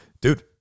dude